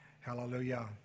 hallelujah